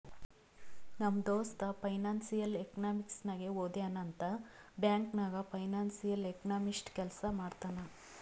ನಮ್ ದೋಸ್ತ financial economics ನಾಗೆ ಓದ್ಯಾನ್ ಅಂತ್ ಬ್ಯಾಂಕ್ ನಾಗ್ ಫೈನಾನ್ಸಿಯಲ್ ಎಕನಾಮಿಸ್ಟ್ ಕೆಲ್ಸಾ ಮಾಡ್ತಾನ್